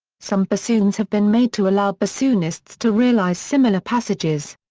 some bassoons have been made to allow bassoonists to realize similar passages.